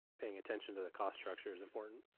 paying attention to the cost structure is important.